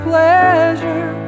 pleasure